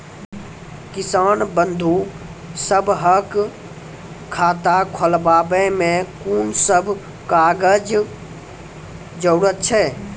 किसान बंधु सभहक खाता खोलाबै मे कून सभ कागजक जरूरत छै?